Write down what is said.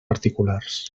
particulars